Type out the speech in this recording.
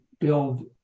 build